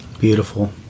Beautiful